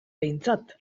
behintzat